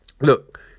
look